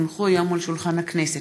כי הונחו היום על שולחן הכנסת,